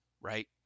right